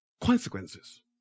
consequences